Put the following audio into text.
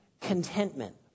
contentment